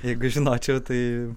jeigu žinočiau tai